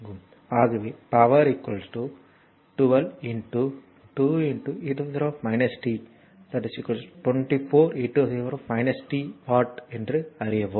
ஆகவே power p 12 2 e t 24 e t watt என்று அறிவோம்